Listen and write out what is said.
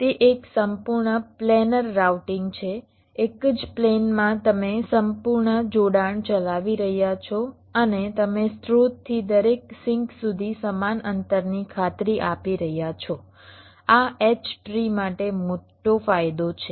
તે એક સંપૂર્ણ પ્લેનર રાઉટીંગ છે એક જ પ્લેન માં તમે સંપૂર્ણ જોડાણ ચલાવી રહ્યા છો અને તમે સ્રોતથી દરેક સિંક સુધી સમાન અંતરની ખાતરી આપી રહ્યા છો આ H ટ્રી માટે મોટો ફાયદો છે